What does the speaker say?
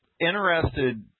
interested